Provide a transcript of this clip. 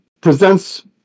presents